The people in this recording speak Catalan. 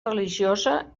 religiosa